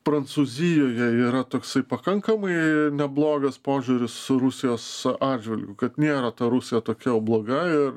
prancūzijoje yra toksai pakankamai neblogas požiūris su rusijos atžvilgiu kad nėra ta rusija tokia jau bloga ir